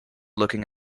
looking